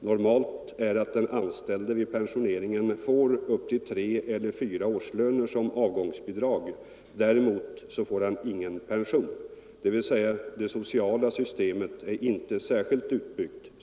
Normalt är att den anställde vid pensioneringen får upp till tre eller fyra årslöner som avgångsbidrag. Däremot får han ingen pension, dvs. det sociala systemet är inte särskilt utbyggt.